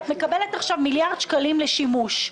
את מקבלת עכשיו מיליארד שקלים לשימוש,